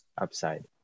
upside